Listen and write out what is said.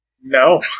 No